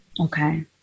Okay